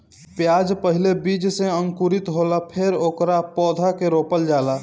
प्याज पहिले बीज से अंकुरित होला फेर ओकरा पौधा के रोपल जाला